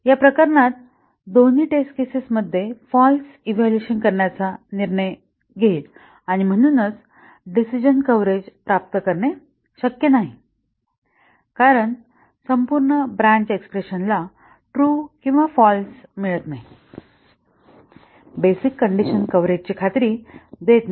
या प्रकरणात दोन्ही टेस्ट केसेस मध्ये फाँल्स इव्हॅल्युएशन करण्याचा निर्णय घेईल आणि म्हणूनच डिसिजन कव्हरेज प्राप्त करणे शक्य नाही कारण संपूर्ण ब्रँच एक्स्प्रेशन ला ट्रू किंवा फाल्स व्हॅल्यू मिळत नाही बेसिक कंडिशन कव्हरेज ची खात्री देत नाही